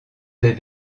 des